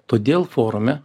todėl forume